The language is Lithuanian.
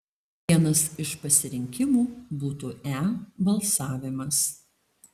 vienas iš pasirinkimų būtų e balsavimas